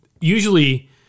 usually